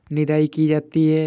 निदाई की जाती है?